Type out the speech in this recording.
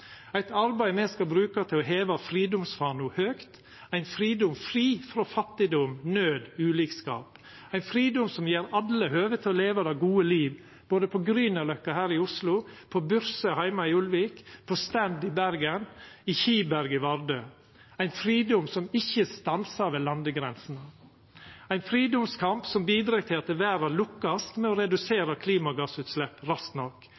eit arbeid me skal bruka til å heva fridomsfana høgt, ein fridom fri frå fattigdom, naud og ulikskap, ein fridom som gjev alle høve til å leva det gode liv, både på Grünerløkka her i Oslo, på Byrse heime i Ulvik, på Stend i Bergen, i Kiberg i Vardø, ein fridom som ikkje stansar ved landegrensa, ein fridomskamp som bidreg til at verda lukkast med å